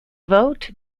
vote